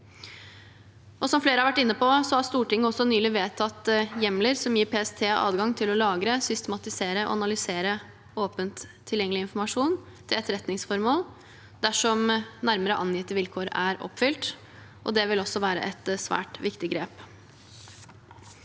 Som flere har vært inne på, har Stortinget nylig vedtatt hjemler som gir PST adgang til å lagre, systematisere og analysere åpent tilgjengelig informasjon til etterretningsfor mål dersom nærmere angitte vilkår er oppfylt. Det vil også være et svært viktig grep.